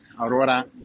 aurora